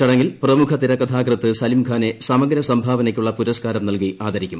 ചടങ്ങിൽ പ്രമുഖ തിരക്കഥാകൃത്ത് സലിംഖാനെ സമഗ്ര സംഭാവനയ്ക്കുള്ള പുരസ്കാരം നൽകി ആദരിക്കും